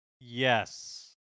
Yes